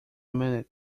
minute